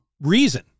reason